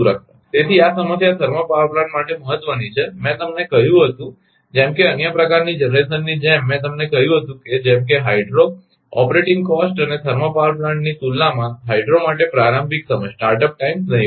તેથી આ સમસ્યા થર્મલ પ્લાન્ટ માટે મહત્વની છે મેં તમને કહ્યું હતું જેમ કે અન્ય પ્રકારના જનરેશનની જેમ મેં તમને કહ્યું હતું જેમ કે હાઇડ્રો ઓપરેટિંગ કોસ્ટ અને થર્મલ પાવર પ્લાન્ટની તુલનામાં હાઇડ્રો માટે પ્રારંભિક સમય નહિવત્ છે